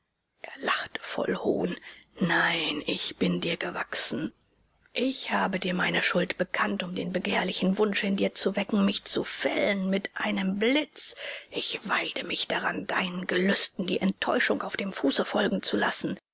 er lachte voll hohn nein ich bin dir gewachsen ich habe dir meine schuld bekannt um den begehrlichen wunsch in dir zu wecken mich zu fällen mit einem blitz ich weide mich daran deinen gelüsten die enttäuschung auf dem fuße folgen zu lassen